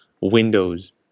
windows